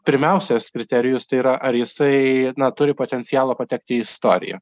pirmiausias kriterijus tai yra ar jisai na turi potencialo patekti į istoriją